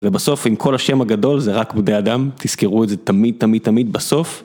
ובסוף עם כל השם הגדול זה רק בני אדם, תזכרו את זה תמיד תמיד תמיד בסוף.